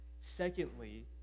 Secondly